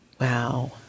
Wow